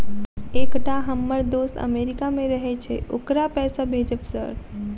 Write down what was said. एकटा हम्मर दोस्त अमेरिका मे रहैय छै ओकरा पैसा भेजब सर?